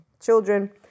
children